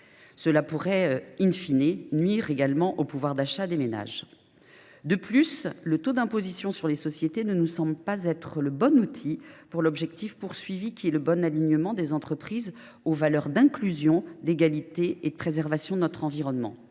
Cela pourrait nuire également au pouvoir d’achat des ménages. De plus, le taux d’imposition sur les sociétés ne nous semble pas le bon outil pour atteindre l’objectif visé, à savoir le bon alignement des entreprises sur les valeurs d’inclusion, d’égalité et de préservation de notre environnement.